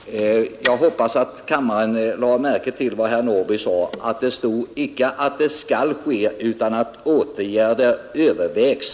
Herr talman! Jag hoppas att kammaren lade märke till vad herr Norrby sade om konstitutionsutskottets betänkande. Det står icke där att en ändring skall ske utan endast att ”åtgärder övervägs”.